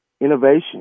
innovation